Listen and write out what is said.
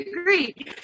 agree